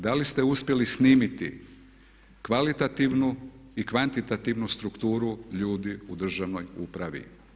Da li ste uspjeli snimiti kvalitativnu i kvantitativnu strukturu ljudi u državnoj upravi.